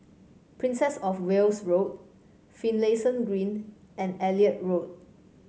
Princess Of Wales Road Finlayson Green and Elliot Road